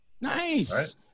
Nice